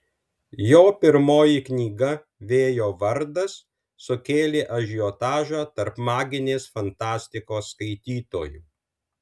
jo pirmoji knyga vėjo vardas sukėlė ažiotažą tarp maginės fantastikos skaitytojų